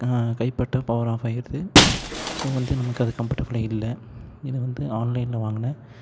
கைப்பட்டால் power ஆஃபாயிருது so வந்து நமக்கு அது கம்ஃபடபுளாக இல்லை இதை வந்து ஆன்லைன்ல வாங்கினன்